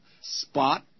spot